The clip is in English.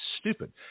stupid